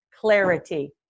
clarity